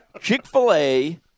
Chick-fil-A